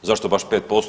Zašto baš 5%